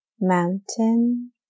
mountain